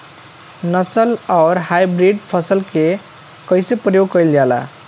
नस्ल आउर हाइब्रिड फसल के कइसे प्रयोग कइल जाला?